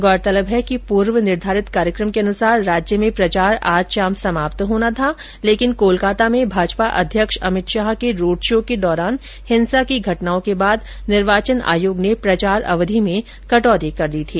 गौरतलब है कि पूर्व निर्धारित कार्यक्रम के अनुसार राज्य में प्रचार आज शाम समाप्त होना था लेकिन कोलकाता में भाजपा अध्यक्ष अमित शाह के रोड शो के दौरान हिंसा की घटनाओं के बाद निर्वाचन आयोग ने प्रचार अवधि में कटौती कर दी थी